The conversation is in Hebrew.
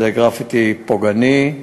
זה גרפיטי פוגעני.